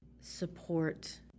support